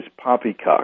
poppycock